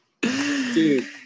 Dude